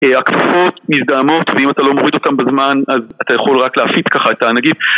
הכפפות מזדהמות ואם אתה לא מוריד אותן בזמן אז אתה יכול רק להפיץ ככה את הנגיף